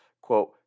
Quote